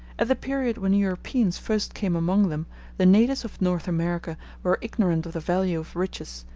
at the period when europeans first came among them the natives of north america were ignorant of the value of riches,